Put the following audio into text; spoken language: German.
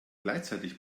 gleichzeitig